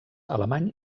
alemany